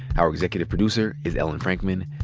our executive producer is ellen frankman.